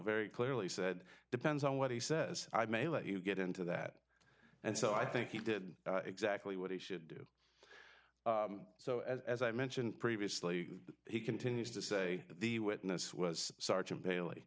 very clearly said depends on what he says i may let you get into that and so i think he did exactly what he should do so as i mentioned previously he continues to say the witness was sergeant bailey